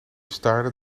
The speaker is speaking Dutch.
staarde